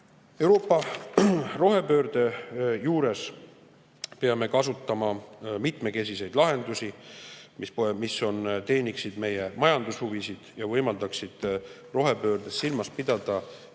Euroopa rohepöörde juures peame kasutama mitmekesiseid lahendusi, mis teeniksid meie majandushuvisid ja võimaldaksid rohepöördes silmas pidada nii meie